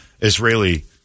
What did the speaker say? Israeli